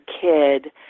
kid